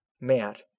Matt